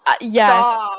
Yes